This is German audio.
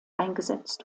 eingesetzt